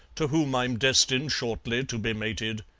to whom i'm destined shortly to be mated,